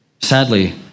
Sadly